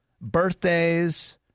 birthdays